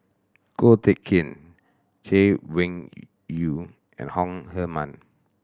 Ko Teck Kin Chay Weng Yew and Hong Heman